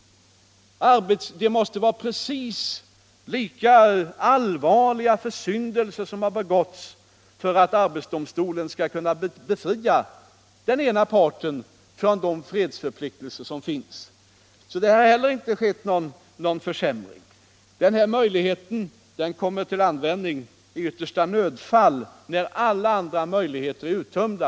De försyndelser som begåtts måste vara precis lika allvarliga, vilken sida det än gäller, för att arbetsdomstolen skall kunna befria den andra parten från de fredsförpliktelser som finns. Där har inte heller skett någon försämring. Denna möjlighet kommer till användning i yttersta nödfall, när alla andra möjligheter är uttömda.